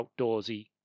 outdoorsy